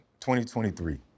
2023